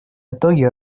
итоге